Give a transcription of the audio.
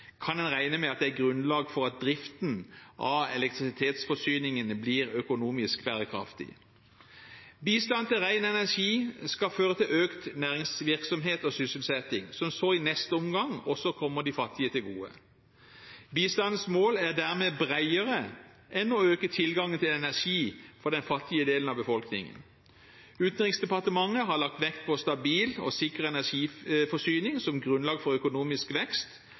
kan en regne med at det er grunnlag for at driften av elektrisitetsforsyningene blir økonomisk bærekraftig. Bistanden til ren energi skal føre til økt næringsvirksomhet og sysselsetting, som så i neste omgang også kommer de fattige til gode. Bistandsmålet er dermed bredere enn å øke tilgangen til energi for den fattige delen av befolkningen. Utenriksdepartementet har lagt vekt på stabil og sikker energiforsyning som grunnlag for økonomisk vekst,